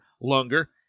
longer